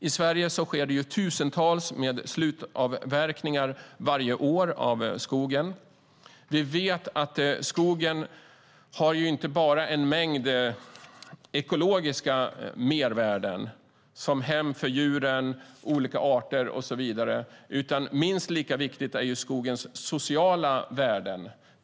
I Sverige sker varje år tusentals slutavverkningar av skogen. Vi vet att skogen inte bara har en mängd ekologiska mervärden, som hem för djuren, olika arter och så vidare, utan minst lika viktigt är det med skogens sociala värden.